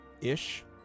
ish